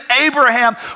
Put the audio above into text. Abraham